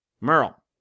Merle